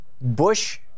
bush